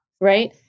right